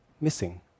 missing